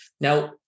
Now